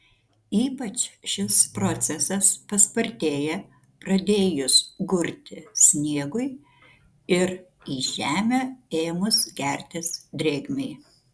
ypač šis procesas paspartėja pradėjus gurti sniegui ir į žemę ėmus gertis drėgmei